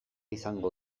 izango